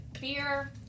beer